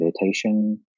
meditation